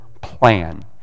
plan